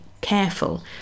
careful